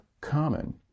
common